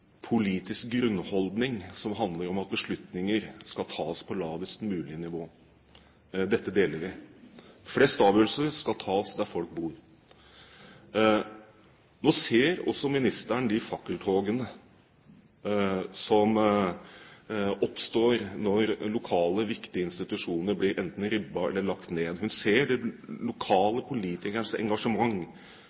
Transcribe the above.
politisk grunnholdning som handler om at beslutninger skal tas på lavest mulig nivå. Dette deler vi. Flest avgjørelser skal tas der folk bor. Nå ser også ministeren de fakkeltogene som oppstår når viktige lokale institusjoner blir enten ribbet eller lagt ned – hun ser den lokale politikerens engasjement